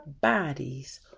bodies